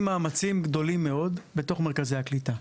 מאמצים גדולים מאוד בתוך מרכזי הקליטה.